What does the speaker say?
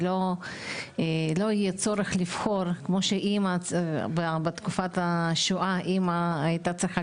שלא יהיה צורך לבחור כמו שאמא בתקופת השואה הייתה צריכה